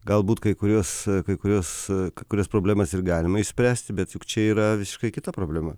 galbūt kai kuriuos kai kuriuos kai kurias problemas ir galima išspręsti bet juk čia yra visiškai kita problema